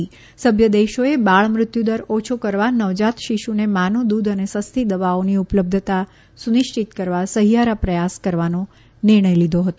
તેમણે કહ્યું કે સભ્યદેશોએ બાળ મૃત્યુદર ઓછો કરવા નવજાત શિશુને માનું દૂધ અને સસ્તી દવાઓની ઉપલબ્ધતા સુનિશ્ચિત કરવા સહિયારા પ્રયાસ કરવાનો નિર્ણય લીધો છે